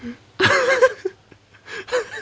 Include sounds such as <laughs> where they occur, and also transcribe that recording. <laughs>